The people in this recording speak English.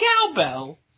cowbell